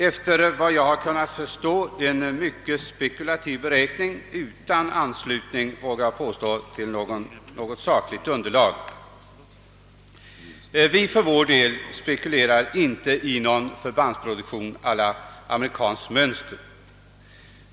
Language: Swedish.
Efter vad jag kan förstå är det en mycket spekulativ beräkning utan — det vågar jag påstå något sakligt underlag. Vi för vår del spekulerar inte i någon förbandsproduktion enligt amerikanskt mönster, som kostnadsutredningen gör.